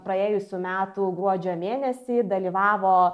praėjusių metų gruodžio mėnesį dalyvavo